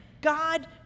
God